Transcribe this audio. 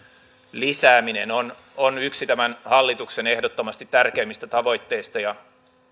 lisääminen on on yksi tämän hallituksen ehdottomasti tärkeimmistä tavoitteista ja